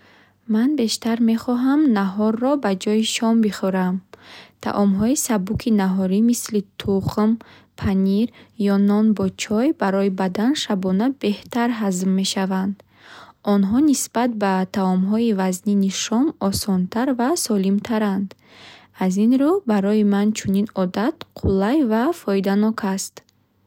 Ман бештар мехоҳам наҳорро ба ҷои шом бихӯрам. Таомҳои сабуки наҳорӣ мисли тухм, панир ё нон бо чой барои бадан шабона беҳтар ҳазм мешаванд. Онҳо нисбат ба таомҳои вазнини шом осонтар ва солимтаранд. Аз ин рӯ, барои ман чунин одат қулай ва фоиданок аст.